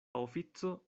ofico